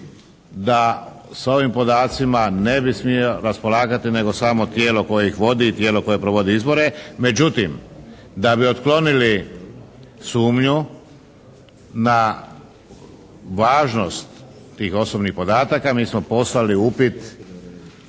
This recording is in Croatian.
da s ovim podacima ne bi smio raspolagati nego samo tijelo koje ih vodi i tijelo koje provodi izbore. Međutim, da bi otklonili sumnju na važnost tih osobnih podataka mi smo poslali upit